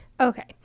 Okay